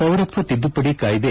ಪೌರತ್ವ ತಿದ್ದುಪಡಿ ಕಾಯ್ಸೆ